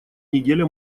неделя